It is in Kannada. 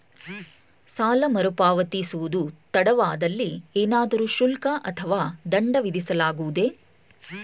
ಸಾಲ ಮರುಪಾವತಿಸುವುದು ತಡವಾದಲ್ಲಿ ಏನಾದರೂ ಶುಲ್ಕ ಅಥವಾ ದಂಡ ವಿಧಿಸಲಾಗುವುದೇ?